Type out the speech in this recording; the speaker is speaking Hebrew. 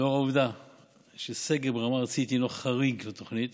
לאור העובדה שסגר ברמה הארצית הינו חריג לתוכנית